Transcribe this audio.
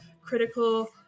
critical